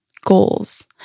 Goals